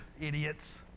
idiots